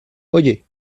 oye